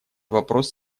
вопрос